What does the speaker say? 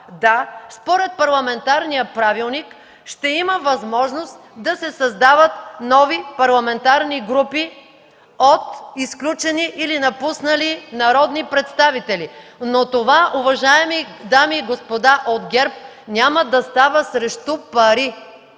Да, според парламентарния правилник ще има възможност да се създават нови парламентарни групи от изключени или напуснали народни представители. Но това, уважаеми дами и господа от ГЕРБ, няма да става срещу пари.